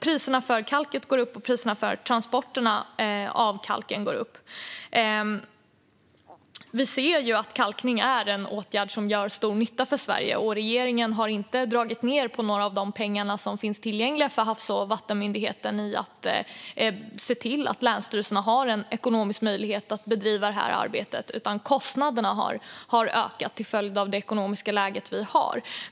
Priset på kalk går upp, och priserna på transporterna av kalken går upp. Vi ser att kalkning är en åtgärd som gör stor nytta för Sverige. Och regeringen har inte dragit ned på några av de pengar som finns tillgängliga för Havs och vattenmyndigheten för att se till att länsstyrelserna har en ekonomisk möjlighet att bedriva detta arbete, utan kostnaderna har ökat till följd av det ekonomiska läge som vi har.